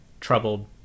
troubled